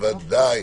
נמצא.